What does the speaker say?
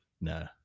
No